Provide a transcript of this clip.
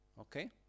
Okay